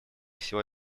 всего